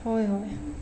होय होय